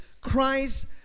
Christ